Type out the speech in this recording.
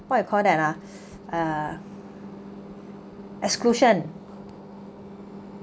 what you call that ah uh exclusion